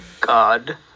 God